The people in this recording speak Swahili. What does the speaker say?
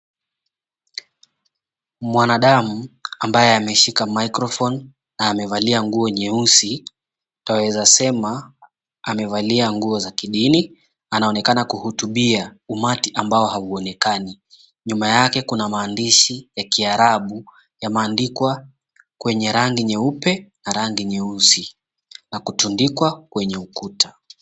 Mwanadamu ambaye ameshika microphone , amevalia nguo nyeusi, twaweza sema amevalia nguo za kidini, anaonekana kuhutubia umati ambao hauonekani. Nyuma yake kuna maandishi ya kiarabu yameandikwa kwenye rangi nyeupe na rangi nyeusi na kutundikwa kwenye ukuta.